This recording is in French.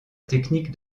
technique